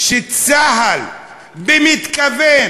שצה"ל במתכוון,